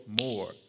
more